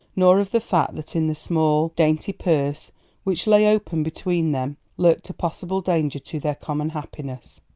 nor of the fact that in the small, dainty purse which lay open between them lurked a possible danger to their common happiness.